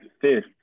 fifth